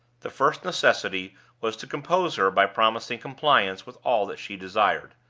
the first necessity was to compose her by promising compliance with all that she desired.